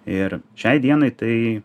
ir šiai dienai tai